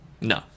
No